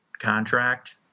contract